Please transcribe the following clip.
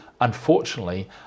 unfortunately